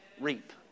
reap